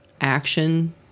action